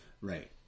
right